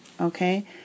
okay